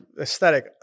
aesthetic –